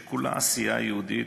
שכולה עשייה יהודית,